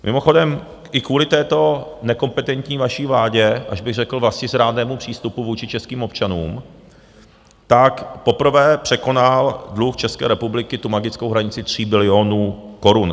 Mimochodem i kvůli této nekompetentní vaší vládě, až bych řekl vlastizrádnému přístupu vůči českým občanům, tak poprvé překonal dluh České republiky tu magickou hranici tří bilionů korun.